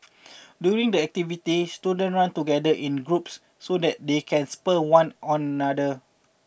during the activity student run together in groups so that they can spur one on other